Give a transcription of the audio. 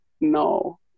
No